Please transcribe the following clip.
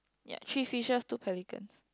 ya three fishes two pelicans